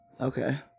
Okay